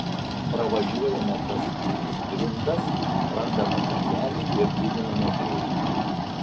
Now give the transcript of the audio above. pravažiuojame tas kūlgrindas randame takelį ir didiname greitį